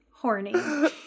horny